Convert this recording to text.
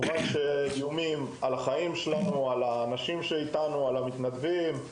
איומים על החיים שלנו ושל האנשים שאיתנו: המתנדבים,